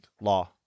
law